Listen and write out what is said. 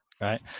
Right